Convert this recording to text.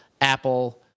Apple